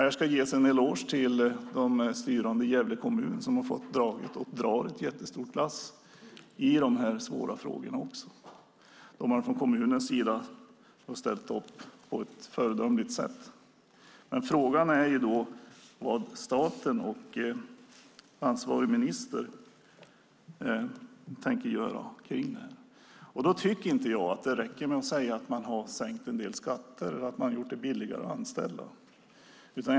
Här ska ges en eloge till de styrande i Gävle kommun som dragit, och drar, ett stort lass vad gäller dessa svåra frågor. Kommunen har ställt upp på ett föredömligt sätt. Frågan är vad staten och ansvarig minister tänker göra. Jag tycker inte att det räcker med att säga att man har sänkt en del skatter och gjort det billigare att anställa.